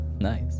Nice